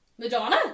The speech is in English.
Madonna